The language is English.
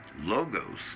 Logos